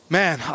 man